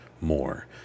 more